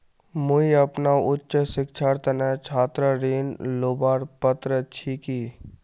मुई अपना उच्च शिक्षार तने छात्र ऋण लुबार पत्र छि कि?